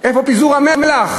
איפה פיזור המלח?